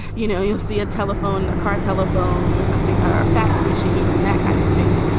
you know, you'll see a telephone, a car, telephone or something. our fax machine and that kind of thing.